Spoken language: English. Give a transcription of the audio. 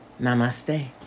Namaste